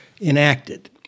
enacted